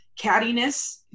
cattiness